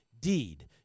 deed